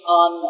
on